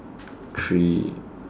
three